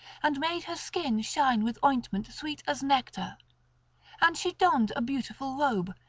and made her skin shine with ointment sweet as nectar and she donned a beautiful robe,